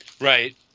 right